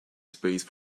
space